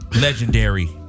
Legendary